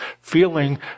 feeling